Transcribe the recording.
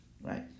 right